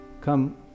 come